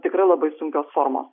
tikrai labai sunkios formos